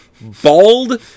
bald-